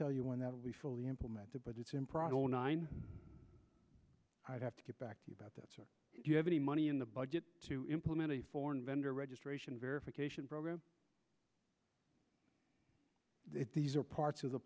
tell you when that will be fully implemented but it's in prado nine i'd have to get back to you about this or do you have any money in the budget to implement a foreign vendor registration verification program these are parts of the